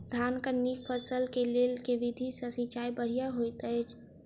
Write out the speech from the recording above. धानक नीक फसल केँ लेल केँ विधि सँ सिंचाई बढ़िया होइत अछि?